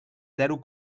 zero